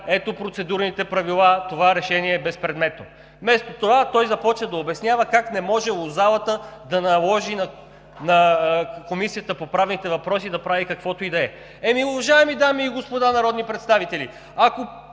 ето процедурните правила, това решение е безпредметно. Вместо това той започна да обяснява как не можело залата да наложи на Комисията по правни въпроси да прави каквото и да е. Ами, уважаеми дами и господа народни представители, ако